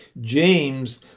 James